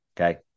Okay